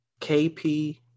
KP